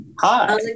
hi